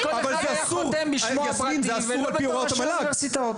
שכל אחד היה חותם בשמו הפרטי ולא בתור ראשי אוניברסיטאות.